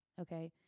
okay